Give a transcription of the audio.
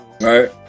Right